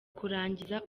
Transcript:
kurangiza